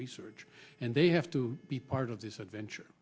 research and they have to be part of this adventure